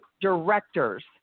directors